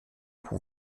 pro